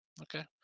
Okay